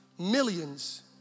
Millions